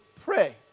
pray